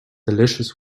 delicious